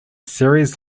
series